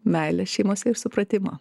meilės šeimos ir supratimo